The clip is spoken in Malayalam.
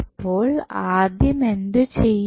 അപ്പോൾ ആദ്യം എന്തു ചെയ്യും